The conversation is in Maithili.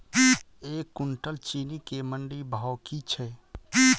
एक कुनटल चीनी केँ मंडी भाउ की छै?